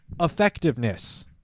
effectiveness